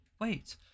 wait